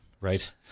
Right